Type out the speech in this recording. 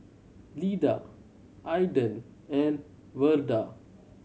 Leda Aedan and Verda